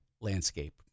landscape